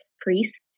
priest